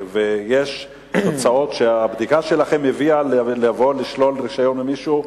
ויש תוצאות שהבדיקה שלכם הביאה לשלילת רשיון למישהו?